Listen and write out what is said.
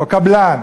או קבלן,